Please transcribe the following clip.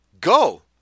Go